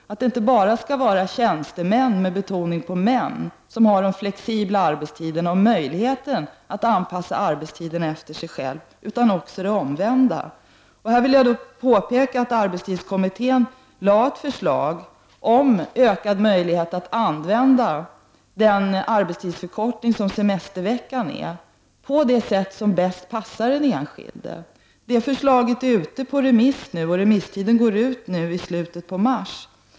Det skall inte bara vara tjänstemän, med betoning på män, som har flexibla arbetstider och möjligheter att anpassa sin arbetstid efter vad som passar dem själva. Låt mig nämna att arbetstidskommittén har lagt fram ett förslag om möjligheter att använda den arbetstidsförkortning som den sjätte semesterveckan utgör på det sätt som bäst passar den enskilde. Det förslaget är ute på remiss, och remisstiden går ut i slutet av mars.